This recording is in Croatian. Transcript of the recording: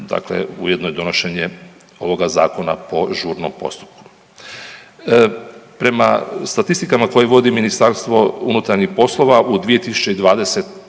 dakle ujedno i donošenje ovoga Zakona po žurnom postupku. Prema statistikama koje vodi Ministarstvo unutarnjih poslova u 2020.